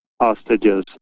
hostages